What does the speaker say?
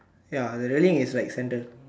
ya the railing is like center